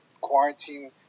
quarantine